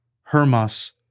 Hermas